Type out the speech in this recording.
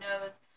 knows